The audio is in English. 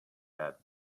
that